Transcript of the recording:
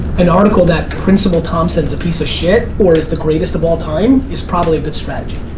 an article that principal thompson is a piece of shit or is the greatest of all time is probably a good strategy.